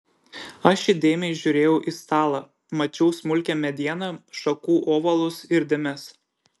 aš įdėmiai žiūrėjau į stalą mačiau smulkią medieną šakų ovalus ir dėmes